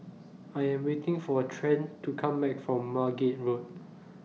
I Am waiting For Trent to Come Back from Margate Road